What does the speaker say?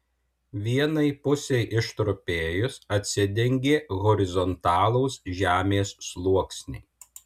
vienai pusei ištrupėjus atsidengė horizontalūs žemės sluoksniai